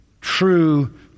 true